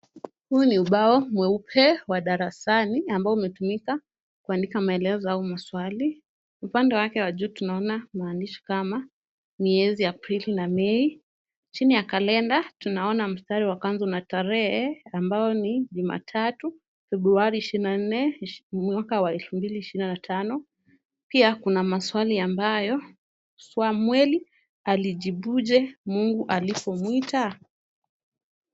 Huu ni ubao mweupe wa darasani ambao umetumika kuandika maelezo au maswali. Upande wake wa juu tunaona maandishi kama miezi Aprili na Mei. Chini ya kalenda tunaona mstari wa kwanza una tarehe ambao ni Jumatatu Februari 24, 2025. Pia kuna maswali ambayo ,*Samweli alijibuje Mungu alipomuita?"